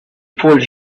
pulled